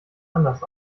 anders